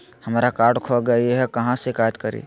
हमरा कार्ड खो गई है, कहाँ शिकायत करी?